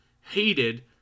hated